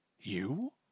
You